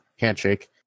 handshake